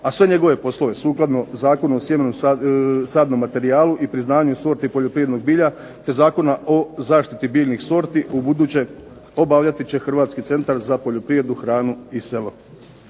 a sve njegove poslove, sukladno Zakonu o sjemenu, sadnom materijalu i priznanju sorti poljoprivrednog bilja, te Zakona o zaštiti biljnih sorti ubuduće obavljati će Hrvatski centar za poljoprivredu, hranu i selo.